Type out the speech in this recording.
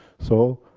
so,